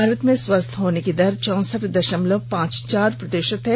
भारत में स्वस्थ होने की दर चौंसठ दशमलव पांच चार प्रतिशत है